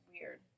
weird